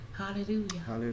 hallelujah